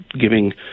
giving